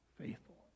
faithful